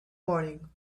morning